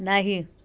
नाही